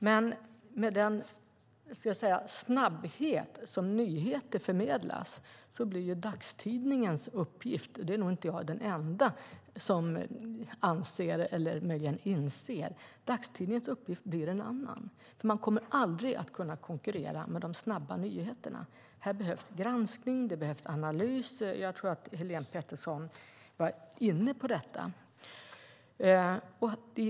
Men med den snabbhet som nyheter förmedlas blir dagstidningens uppgift en annan - det är nog inte jag den enda som anser eller möjligen inser - för man kommer aldrig att kunna konkurrera med de snabba nyheterna. Här behövs granskning och analys, och jag tror att Helene Petersson var inne på detta.